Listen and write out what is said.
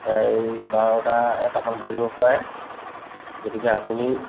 প্ৰায় বাৰটা এটামান বাজিব পাৰে গতিকে আপুনি